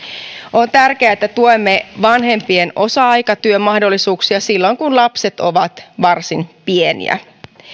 on tärkeää että tuemme vanhempien osa aikatyömahdollisuuksia silloin kun lapset ovat varsin pieniä